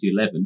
2011